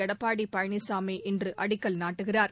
எடப்பாடி பழனிசாமி இன்று அடிக்கல் நாட்டுகிறார்